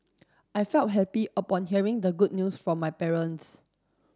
I felt happy upon hearing the good news from my parents